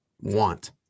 want